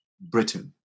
Britain